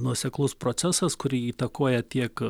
nuoseklus procesas kurį įtakoja tiek